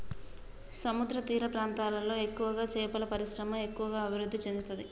సముద్రతీర ప్రాంతాలలో ఎక్కువగా చేపల పరిశ్రమ ఎక్కువ అభివృద్ధి చెందుతది